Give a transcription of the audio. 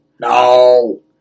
No